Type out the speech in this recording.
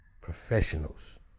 Professionals